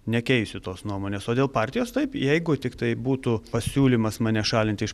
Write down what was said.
nekeisiu tos nuomonės o dėl partijos taip jeigu tiktai būtų pasiūlymas mane šalinti iš